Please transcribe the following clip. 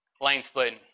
lane-splitting